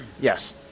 Yes